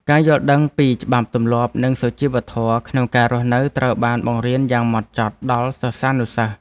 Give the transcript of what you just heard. ការយល់ដឹងពីច្បាប់ទម្លាប់និងសុជីវធម៌ក្នុងការរស់នៅត្រូវបានបង្រៀនយ៉ាងម៉ត់ចត់ដល់សិស្សានុសិស្ស។